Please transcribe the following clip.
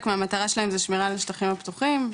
מהמטרה שלהם זה שמירה על השטחים הפתוחים,